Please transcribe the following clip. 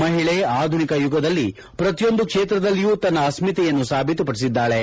ಮಹಿಳೆ ಆಧುನಿಕ ಯುಗದಲ್ಲಿ ಶ್ರತಿಯೊಂದು ಕ್ಷೇತ್ರದಲ್ಲಿಯೂ ತನ್ನ ಅಸ್ತಿತೆಯನ್ನು ಸಾಬೀತುಪಡಿಸಿದ್ದಾಳೆ